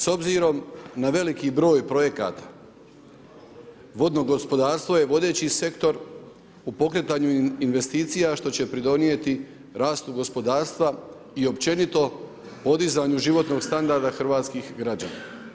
S obzirom na veliki broj projekata vodno gospodarstvo je vodeći sektor u pokretanju investicija što će pridonijeti rastu gospodarstva i općenito podizanju životnog standarda hrvatskih građana.